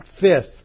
fifth